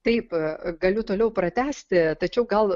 taip galiu toliau pratęsti tačiau gal